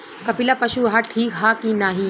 कपिला पशु आहार ठीक ह कि नाही?